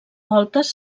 voltes